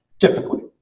Typically